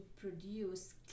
produce